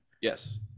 yes